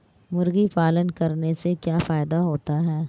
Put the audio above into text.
मुर्गी पालन करने से क्या फायदा होता है?